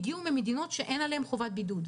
הגיעו ממדינות שאין עליהן חובת בידוד.